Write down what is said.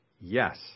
Yes